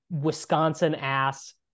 Wisconsin-ass